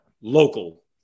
local